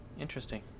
interesting